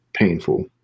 painful